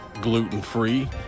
gluten-free